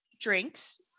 drinks